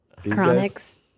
Chronics